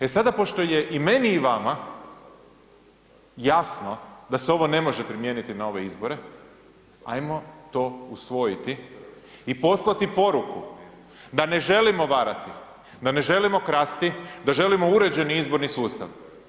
E sada pošto je i meni i vama jasno da se ovo ne može primijeniti na ove izbore, ajmo to usvojiti i poslati poruku da ne želimo varati, da ne želimo krasti, da želimo uređeni izborni sustav.